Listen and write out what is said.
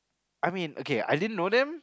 I mean okay I didn't know them